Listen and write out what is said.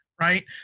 right